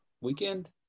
weekend